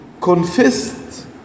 confessed